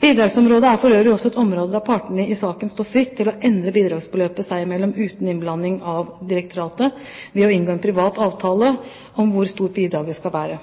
Bidragsområdet er for øvrig også et område der partene i saken står fritt til å endre bidragsbeløpet seg imellom uten innblanding av direktoratet ved å inngå en privat avtale om hvor stort bidraget skal være.